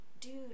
dude